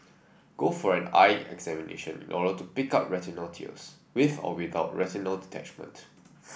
go for an eye examination in order to pick up retinal tears with or without retinal detachment